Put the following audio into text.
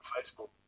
Facebook